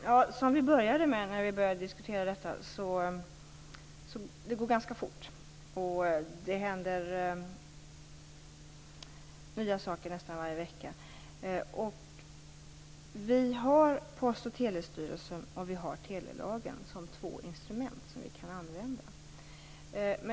Fru talman! Som jag sade när vi började diskutera detta går det ganska fort och det händer nya saker nästan varje vecka. Post och telestyrelsen och telelagen är två instrument som vi kan använda.